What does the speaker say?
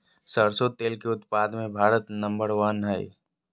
सरसों तेल के उत्पाद मे भारत नंबर वन हइ